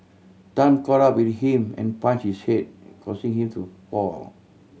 Tan caught up with him and punch his head causing him to fall